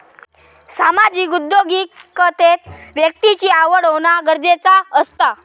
सामाजिक उद्योगिकतेत व्यक्तिची आवड होना गरजेचा असता